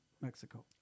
Mexico